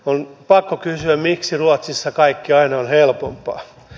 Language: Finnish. on pakko kysyä miksi ruotsissa kaikki aina on helpompaa